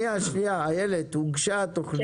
איילת, הוגשה התכנית.